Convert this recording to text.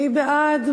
מי בעד?